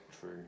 True